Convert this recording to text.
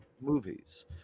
movies